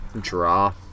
Draw